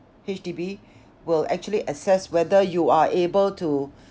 H_D_B will actually assess whether you are able to